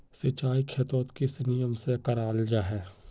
सिंचाई खेतोक किस नियम से कराल जाहा जाहा?